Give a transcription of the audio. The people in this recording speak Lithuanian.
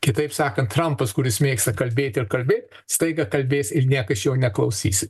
kitaip sakant trampas kuris mėgsta kalbėti ir kalbėt staiga kalbės ir niekas jo neklausys